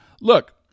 Look